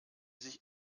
sich